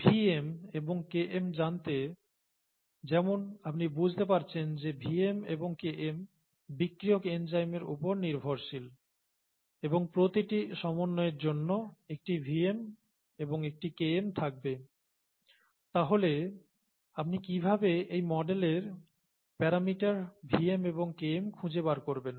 Vm এবং Km জানতে যেমন আপনি বুঝতে পারছেন যে Vm এবং Km বিক্রিয়ক এনজাইমের উপর নির্ভরশীল এবং প্রতিটি সমন্বয়ের জন্য একটি Vm এবং একটি Km থাকবে তাহলে আপনি কিভাবে এই মডেলের প্যারামিটার Vm এবং Km খুঁজে বার করবেন